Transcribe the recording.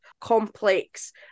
complex